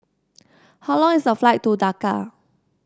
how long is the flight to Dhaka